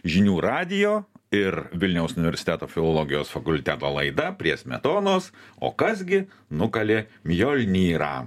žinių radijo ir vilniaus universiteto filologijos fakulteto laida prie smetonos o kas gi nukalė mjolnyrą